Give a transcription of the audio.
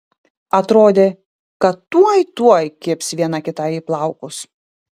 atrodė kad tuoj tuoj kibs viena kitai į plaukus